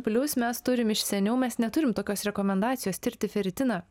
plius mes turim iš seniau mes neturim tokios rekomendacijos tirti feritiną